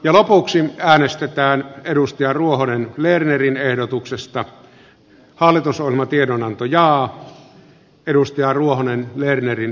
ja valiokunta kokoontuu välittömästi tämän täysistunnon päätyttyä valiokunnan huoneeseen järjestäytymistä varten